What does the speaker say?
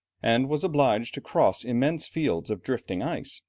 and was obliged to cross immense fields of drifting ice,